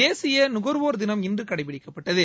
தேசிய நுகர்வோர் தினம் இன்று கடைபிடிக்கப்பட்டது